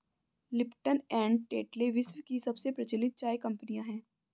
Lipton and Tetley विश्व की सबसे प्रचलित चाय कंपनियां है